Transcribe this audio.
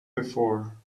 before